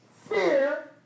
Fear